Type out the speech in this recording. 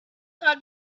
heart